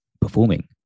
performing